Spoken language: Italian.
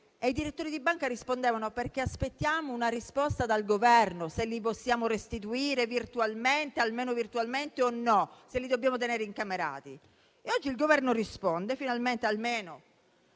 I direttori di banca rispondevano: perché aspettiamo una risposta dal Governo, se li possiamo o no restituire, almeno virtualmente, o li dobbiamo tenere incamerati. Oggi il Governo risponde, finalmente: almeno,